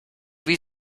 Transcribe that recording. wie